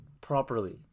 properly